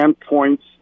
points